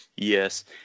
Yes